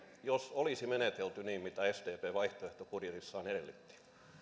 jos olisi menetelty niin kuin sdp vaihtoehtobudjetissaan edellytti